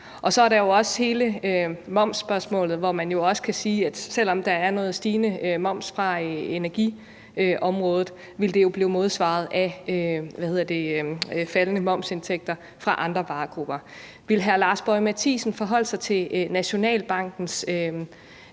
Så er der også hele momsspørgsmålet, hvor man kan sige, at selv om der er noget stigende moms fra energiområdet, vil det jo blive modsvaret af faldende momsindtægter fra andre varegrupper. Vil hr. Lars Boje Mathiesen forholde sig til Nationalbankens